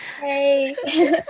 hey